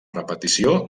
repetició